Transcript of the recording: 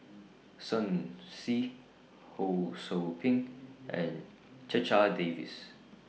Shen Xi Ho SOU Ping and Checha Davies